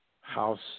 House